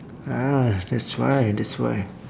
ah that's why that's why